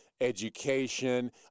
education